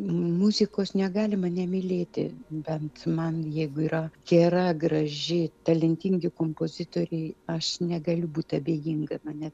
muzikos negalima nemylėti bent man jeigu yra gera graži talentingi kompozitoriai aš negaliu būt abejinga mane